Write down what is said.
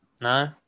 no